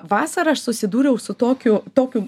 vasarą aš susidūriau su tokiu tokiu